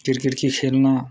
cricket गी खेलना